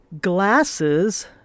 glasses